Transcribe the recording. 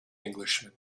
englishman